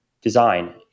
design